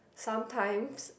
sometimes